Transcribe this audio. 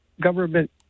government